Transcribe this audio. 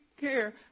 care